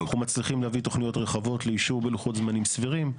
אנחנו מצליחים להביא תוכניות רחבות לאישור בלוחות זמנים סבירים.